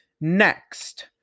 next